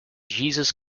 jesus